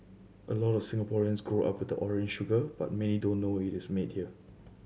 a lot of Singaporeans grow up the orange sugar but many don't know it is made here